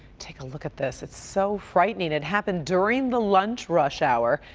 take a look at. this it's so frightening! it happened during the lunch rush hour.